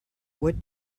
what